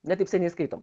ne taip seniai skaitome